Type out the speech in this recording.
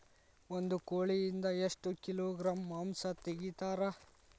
ಒಂದು ಕೋಳಿಯಿಂದ ಎಷ್ಟು ಕಿಲೋಗ್ರಾಂ ಮಾಂಸ ತೆಗಿತಾರ?